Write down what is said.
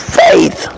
faith